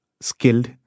skilled